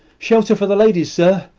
shelter for the ladies, sir,